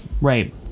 Right